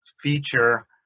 feature